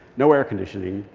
no air conditioning.